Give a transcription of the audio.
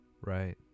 right